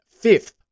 fifth